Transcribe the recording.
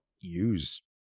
use